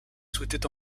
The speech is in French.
souhaitait